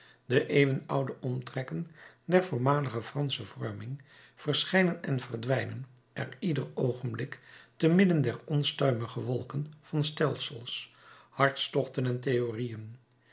de eeuwenoude omtrekken der voormalige fransche vorming verschijnen en verdwijnen er ieder oogenblik te midden der onstuimige wolken van stelsels hartstochten en theorieën